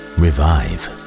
revive